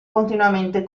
continuamente